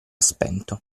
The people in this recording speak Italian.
spento